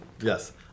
Yes